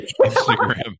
instagram